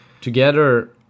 Together